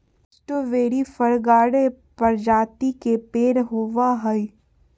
strawberry फ्रगार्य प्रजाति के पेड़ होव हई